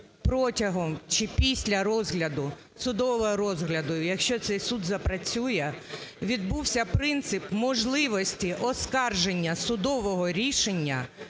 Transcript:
протягом чи після розгляду, судового розгляду, якщо цей суд запрацює, відбувся принцип можливості оскарження судового рішення